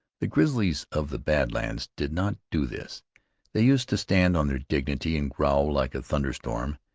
the grizzlies of the bad lands did not do this they used to stand on their dignity and growl like a thunder-storm,